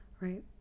Right